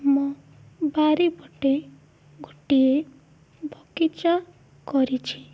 ଆମ ବାରି ପଟେ ଗୋଟିଏ ବଗିଚା କରିଛି